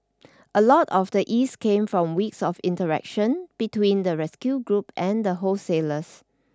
a lot of the ease came from weeks of interaction between the rescue group and the wholesalers